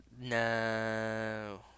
No